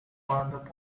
வாழ்ந்த